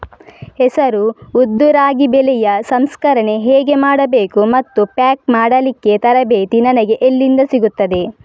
ಹೆಸರು, ಉದ್ದು, ರಾಗಿ ಬೆಳೆಯ ಸಂಸ್ಕರಣೆ ಹೇಗೆ ಮಾಡಬೇಕು ಮತ್ತು ಪ್ಯಾಕ್ ಮಾಡಲಿಕ್ಕೆ ತರಬೇತಿ ನನಗೆ ಎಲ್ಲಿಂದ ಸಿಗುತ್ತದೆ?